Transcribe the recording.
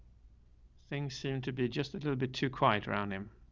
things seem to be just a little bit too quiet around him.